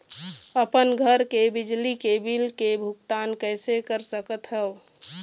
अपन घर के बिजली के बिल के भुगतान कैसे कर सकत हव?